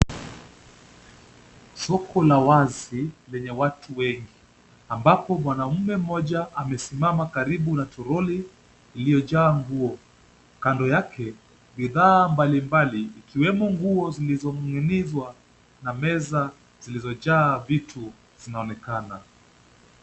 Soko la wazi lenye watu wengi, ambapo mwanamume mmoja amesimama karibu na toroli iliyojaa nguo. Kando yake bidhaa mbalimbali ikiwemo nguo zilizovumilizwa na meza zilizojaa vitu zinaonekana.